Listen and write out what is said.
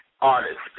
artist